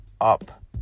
up